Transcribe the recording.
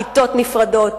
כיתות נפרדות,